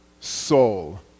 soul